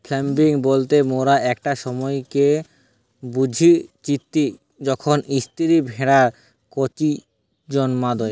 lambing বলতে মোরা একটা সময়কে বুঝতিচী যখন স্ত্রী ভেড়ারা কচি জন্ম দেয়